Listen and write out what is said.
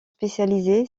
spécialisé